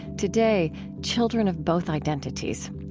today children of both identities.